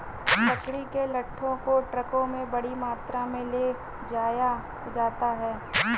लकड़ी के लट्ठों को ट्रकों में बड़ी मात्रा में ले जाया जाता है